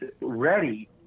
ready